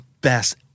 best